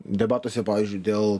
debatuose pavyzdžiui dėl